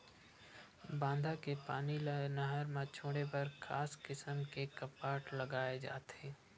बांधा के पानी ल नहर म छोड़े बर खास किसम के कपाट लगाए जाथे